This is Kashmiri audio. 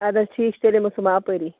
اَد حظ ٹھیٖک چھُ تیٚلہ یمہ بہٕ صُبحَن اَپٲری